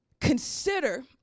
consider